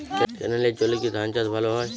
ক্যেনেলের জলে কি ধানচাষ ভালো হয়?